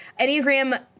Enneagram